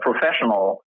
professional